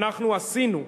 אנחנו עשינו.